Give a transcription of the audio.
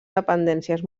dependències